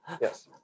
yes